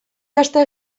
aste